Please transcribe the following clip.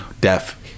deaf